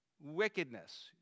wickedness